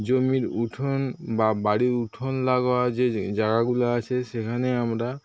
জমির উঠোন বা বাড়ির উঠোন লাগোয়া যে জাগাগুলো আছে সেখানে আমরা